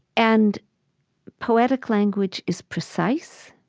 and poetic language is precise.